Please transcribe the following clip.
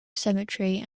cemetery